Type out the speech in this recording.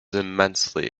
immensely